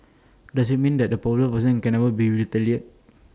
does IT mean that A popular person can would be retaliate